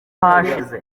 hashize